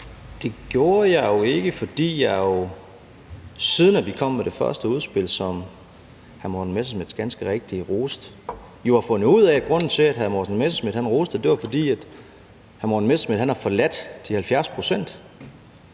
Det gjorde jeg ikke, fordi jeg, siden vi kom med det første udspil, som hr. Morten Messerschmidt ganske rigtigt roste, jo har fundet ud af, at grunden til, at hr. Morten Messerschmidt roste det, var, at hr. Morten Messerschmidt har forladt de 70 pct.